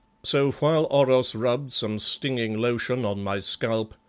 so while oros rubbed some stinging lotion on my scalp,